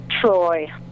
Troy